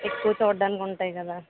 ఎక్కువ చూడ్డానికి ఉంటాయి కదా